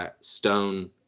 stone